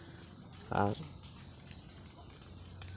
ᱟᱨ